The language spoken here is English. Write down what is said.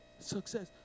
success